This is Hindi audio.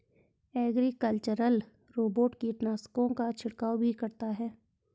एग्रीकल्चरल रोबोट कीटनाशकों का छिड़काव भी करता है